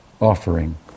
offering